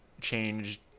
changed